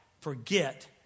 forget